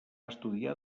estudiar